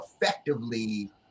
effectively